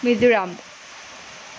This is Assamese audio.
মিজোৰাম